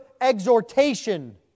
exhortation